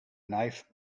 knife